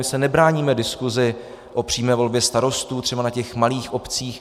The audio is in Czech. My se nebráníme diskusi o přímé volbě starostů třeba na těch malých obcích.